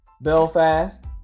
Belfast